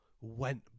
went